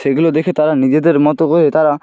সেইগুলো দেখে তারা নিজেদের মতো করে তারা